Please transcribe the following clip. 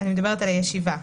אני מדברת על הישיבה.